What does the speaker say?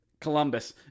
Columbus